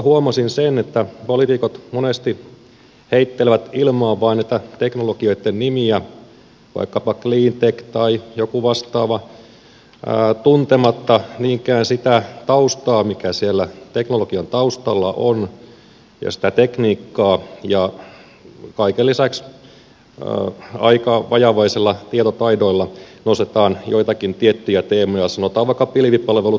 huomasin että poliitikot monesti heittelevät ilmaan vain näitä teknologioitten nimiä vaikkapa cleantech tai joku vastaava tuntematta niinkään sitä taustaa mikä siellä teknologian taustalla on ja sitä tekniikkaa ja kaiken lisäksi aika vajavaisilla tietotaidoilla nostetaan joitakin tiettyjä teemoja sanotaan vaikka pilvipalvelut